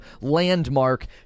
landmark